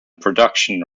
production